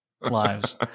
lives